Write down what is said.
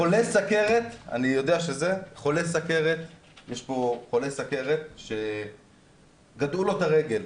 חולי סכרת, יש פה חולה סכרת שגדעו לו את הרגל.